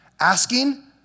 asking